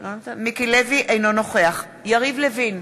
אינו נוכח יריב לוין,